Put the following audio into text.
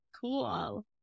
cool